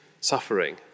suffering